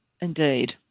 indeed